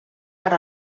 per